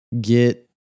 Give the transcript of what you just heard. get